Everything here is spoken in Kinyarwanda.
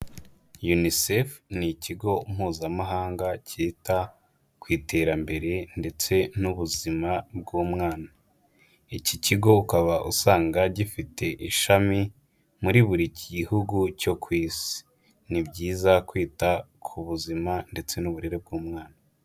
Unicef ni ikigo mpuzamahanga cyita ku iterambere ndetse n'ubuzima bw'umwana. Iki kigo ukaba usanga gifite ishami muri buri Gihugu cyo ku Isi. Ni byiza kwita ku buzima ndetse n'uburere bw'umwana.